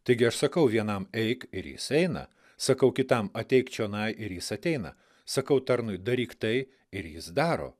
taigi aš sakau vienam eik ir jis eina sakau kitam ateik čionai ir jis ateina sakau tarnui daryk tai ir jis daro